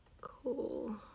Cool